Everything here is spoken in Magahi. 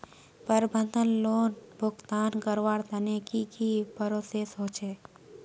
प्रबंधन लोन भुगतान करवार तने की की प्रोसेस होचे?